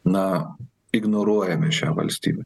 na ignoruojame šią valstybę